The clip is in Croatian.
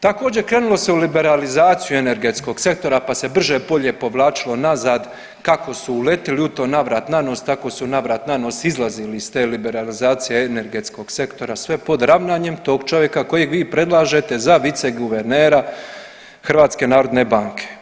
Također krenulo se u liberalizaciju energetskog sektora pa se brže bolje povlačilo nazad kako su uletili u to na vrat na nos, tako su na vrat na nos izlazili iz te liberalizacije energetskog sektora sve pod ravnanjem tog čovjeka kojeg vi predlažete za viceguvernera Hrvatske narodne banke.